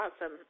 awesome